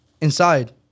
inside